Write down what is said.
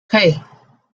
hey